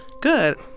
Good